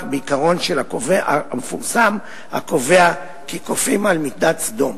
בעיקרון המפורסם הקובע כי 'כופין על מידת סדום'